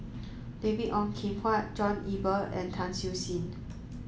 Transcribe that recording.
David Ong Kim Huat John Eber and Tan Siew Sin